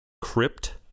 crypt